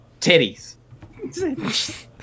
titties